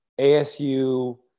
ASU